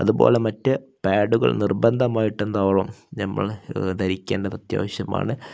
അതുപോലെ മറ്റ് പാഡുകൾ നിർബന്ധമായിട്ട് എന്നോളം നമ്മൾ ധരിക്കേണ്ടത് അത്യാവശ്യമാണ്